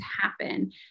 happen